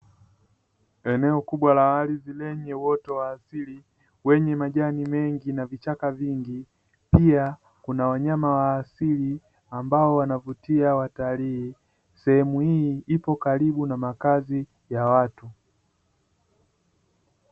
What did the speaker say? Eneo kubwa la ardhi lenye uoto wa asili wenye majani mengi na vichaka vingi pia kuna wanyama wa asili ambao wanavutia watalii, sehemu hii ipo karibu na makazi ya watu.